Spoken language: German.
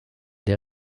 der